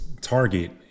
Target